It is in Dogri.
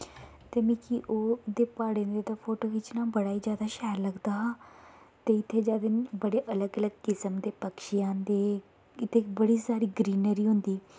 ते मिगी ओह्दे प्हाड़ें दे फोटो खिच्चने बड़ा ई शैल लगदा हा ते इत्थे जादा बड़े अलग अलग किसम दे पक्षी आंदे इत्थें बड़ी सारी ग्रीनरी होंदी